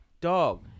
Dog